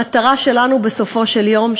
המטרה שלנו בסופו של יום,